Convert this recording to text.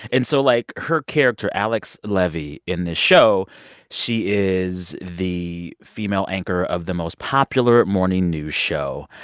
and so, like, her character, alex levy, in the show she is the female anchor of the most popular morning news show.